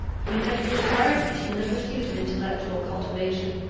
he had been ardent in the pursuit of intellectual cultivation,